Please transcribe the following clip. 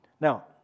Now